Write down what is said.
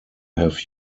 have